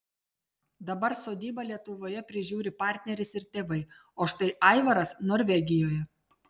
dabar sodybą lietuvoje prižiūri partneris ir tėvai o štai aivaras norvegijoje